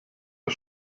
der